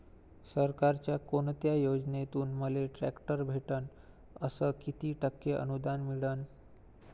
सरकारच्या कोनत्या योजनेतून मले ट्रॅक्टर भेटन अस किती टक्के अनुदान मिळन?